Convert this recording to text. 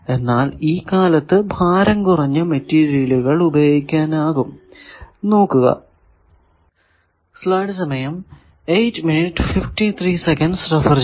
എന്നാൽ ഈ കാലത്തു ഭാരം കുറഞ്ഞ മെറ്റീരിയൽ ഉപയോഗിക്കാനാകും നോക്കുക